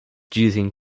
dizem